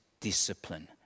discipline